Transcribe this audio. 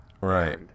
Right